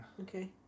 okay